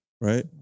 right